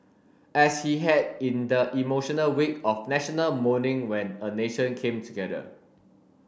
as he had in the emotional week of National Mourning when a nation came together